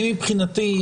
אני מבחינתי,